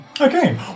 okay